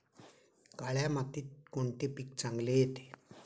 काळ्या मातीत कोणते पीक चांगले येते?